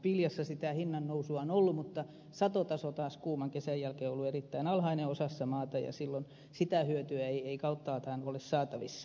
viljassa hinnannousua on ollut mutta satotaso taas kuuman kesän jälkeen on ollut erittäin alhainen osassa maata ja silloin sitä hyötyä ei kauttaaltaan ole saatavissa